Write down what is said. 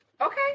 Okay